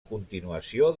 continuació